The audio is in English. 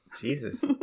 Jesus